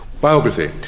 Biography